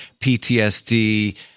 PTSD